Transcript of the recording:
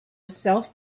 self